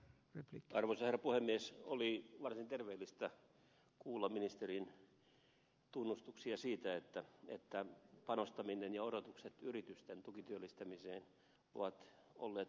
oli varsin terveellistä kuulla ministerin tunnustuksia siitä että odotukset yritysten tukityöllistämiseen panostamisesta ovat olleet turhaa toivetta